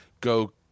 go –